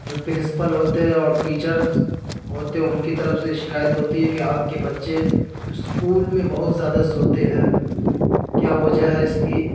جو پرنسپل ہوتے ہیں اور ٹیچر ہوتے ہیں ان کی طرف سے یہ شکایتیں ہوتی ہیں کہ آپ کے بچے اسکول میں بہت زیادہ سوتے ہیں کیا وجہ ہے اس کی